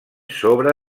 sobre